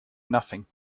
nothing